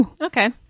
Okay